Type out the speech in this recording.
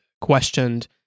questioned